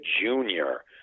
junior